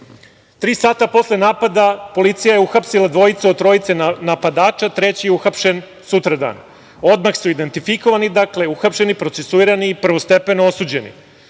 Tri sata posle napada policija je uhapsila dvojicu od trojice napadača. Treći je uhapšen sutradan. Odmah su identifikovani, dakle uhapšeni, procesuirani i prvostepeno osuđeni. Srpska